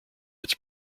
its